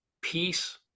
peace